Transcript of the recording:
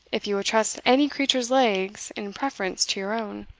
if you will trust any creature's legs in preference to your own.